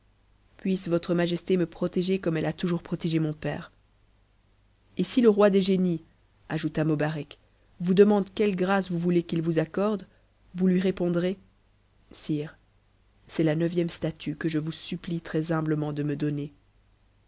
puisse votre majesté me protéger comme elle a toujours protégé mon père et si le roi des génies ajouta mobarec vous demande quelle grâce vous voulez qu'il vous accorde vous lui répondrez sire c'est la neuvième statue que je vous supplie très humblement de me donner